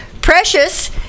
Precious